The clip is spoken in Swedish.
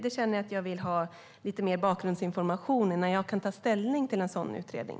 Där känner jag att jag vill ha lite mer bakgrundsinformation innan jag kan ta ställning till en sådan utredning.